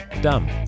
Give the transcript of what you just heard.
Dumb